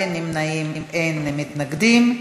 אין נמנעים, אין מתנגדים.